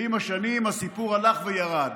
ועם השנים הסיפור הלך וירד.